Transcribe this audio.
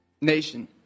nation